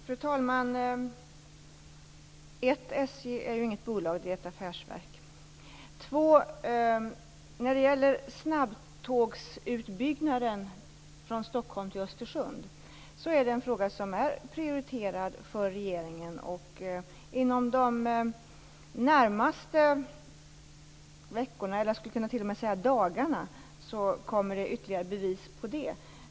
Fru talman! För det första: SJ är inget bolag utan ett affärsverk. För det andra: Snabbtågsutbyggnaden från Stockholm till Östersund är en fråga som är prioriterad för regeringen. Inom de närmaste veckorna eller t.o.m. dagarna kommer det ytterligare bevis på det.